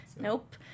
Nope